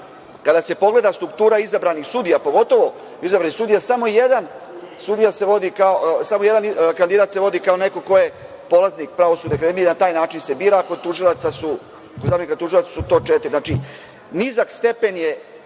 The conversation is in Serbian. kada se pogleda struktura izabranih sudija, pogotovo izabrani sudija samo jedan kandidat se vodi kao neko ko je polaznik Pravosudne akademije na taj način se bira, a kod zamenika tužilaca su to četiri. Znači, nizak stepen je